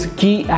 key